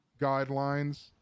guidelines